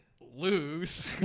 lose